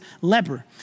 leper